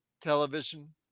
television